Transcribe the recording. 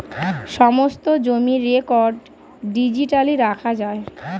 সমস্ত জমির record digitally রাখা যায়